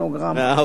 מאה אחוז.